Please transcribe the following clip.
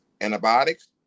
Antibiotics